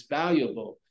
valuable